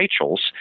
Rachels